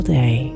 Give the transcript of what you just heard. day